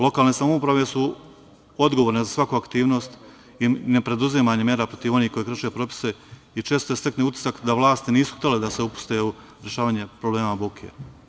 Lokalne samouprave su odgovorne za svaku aktivnost i nepreduzimanje mera protiv onih koji krše propise i često se stekne utisak da vlasti nisu htele da se upuste u rešavanje problema buke.